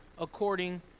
according